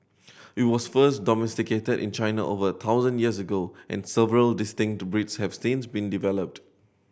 it was first domesticated in China over a thousand years ago and several distinct breeds have since been developed